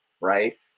right